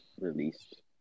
released